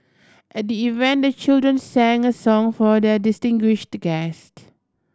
at the event the children sang a song for their distinguished guest